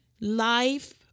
life